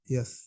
Yes